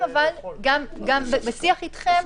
גם בשיח אתכם,